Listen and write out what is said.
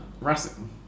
Racing